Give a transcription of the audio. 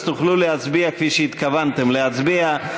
אז תוכלו להצביע כפי שהתכוונתם להצביע.